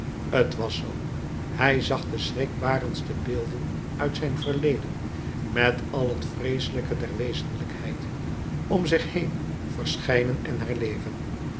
t was zoo hij zag de schrikbarendste beelden uit zijn verleden met al het vreeselijke der wezenlijkheid om zich heen verschijnen en herleven